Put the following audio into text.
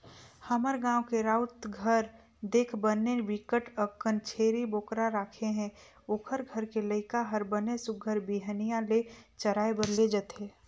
हमर गाँव के राउत घर देख बने बिकट अकन छेरी बोकरा राखे हे, ओखर घर के लइका हर बने सुग्घर बिहनिया ले चराए बर ले जथे